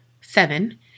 seven